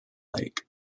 lake